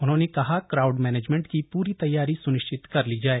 उन्होंने कहा crowd management की पूरी तैयारी सुनिश्चित कर ली जाए